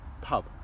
pub